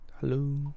Hello